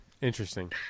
Interesting